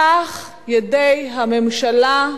כך הממשלה,